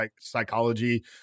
psychology